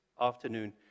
afternoon